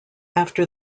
after